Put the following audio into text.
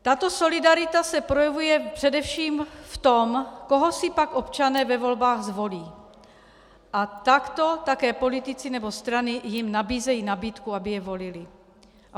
Tato solidarita se projevuje především v tom, koho si pak občané ve volbách zvolí, a takto také politici nebo strany jim nabízejí nabídku, aby je volili.